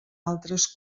altres